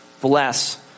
bless